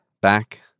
back